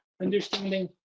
understanding